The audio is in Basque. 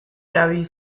erabili